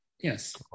Yes